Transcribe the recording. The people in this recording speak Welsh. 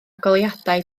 goleuadau